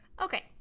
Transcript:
Okay